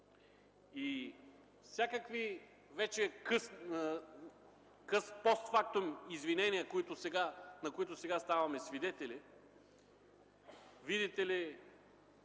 Всякакви, вече постфактум, извинения, на които сега ставаме свидетели, видите ли